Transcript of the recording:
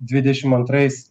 dvidešim antrais